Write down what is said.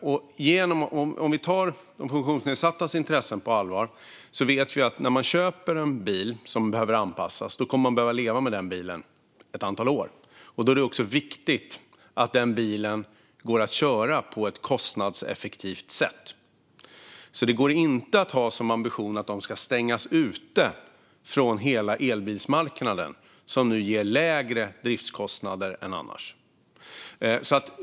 När det gäller att ta de funktionsnedsattas intressen på allvar vet vi att när man köper en bil som behöver anpassas kommer man att behöva leva med den bilen i ett antal år. Då är det viktigt att bilen går att köra på ett kostnadseffektivt sätt. Det går alltså inte att ha som ambition att stänga dem ute från hela elbilsmarknaden, som nu ger lägre driftskostnader än annars.